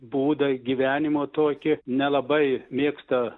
būdą gyvenimo tokį nelabai mėgsta